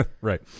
right